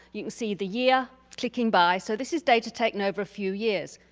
you can see the year clicking by. so this is data taken over a few years.